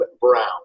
brown